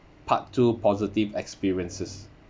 part two positive experiences